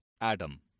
Adam